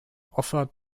offered